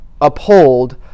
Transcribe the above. uphold